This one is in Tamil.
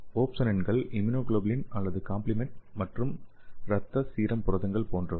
ஓப்சோனின்கள் இம்யூனோகுளோபூலின் அல்லது காம்ப்லிமெண்ட் மற்றும் இரத்த சீரம் புரதங்கள் போன்றவை